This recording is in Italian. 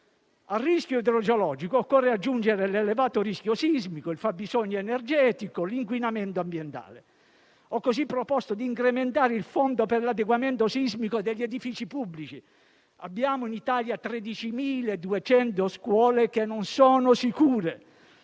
Al rischio idrogeologico occorre aggiungere l'elevato rischio sismico, il fabbisogno energetico, l'inquinamento ambientale. Ho quindi proposto di incrementare il fondo per l'adeguamento sismico degli edifici pubblici - in Italia abbiamo 13.200 scuole che non sono sicure